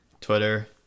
twitter